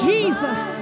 Jesus